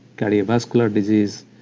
cardiovascular disease,